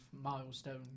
milestone